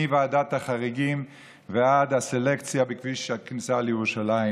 מוועדת החריגים ועד הסלקציה בכביש הכניסה לירושלים,